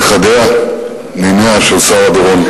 נכדיה וניניה של שרה דורון,